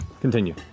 Continue